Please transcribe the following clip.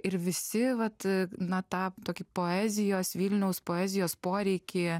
ir visi vat na tą tokį poezijos vilniaus poezijos poreikį